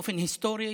באופן היסטורי,